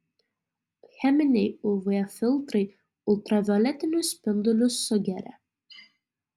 cheminiai uv filtrai ultravioletinius spindulius sugeria